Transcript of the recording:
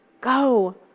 Go